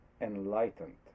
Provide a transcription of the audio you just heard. enlightened